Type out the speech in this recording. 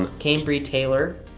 cambrie taylor,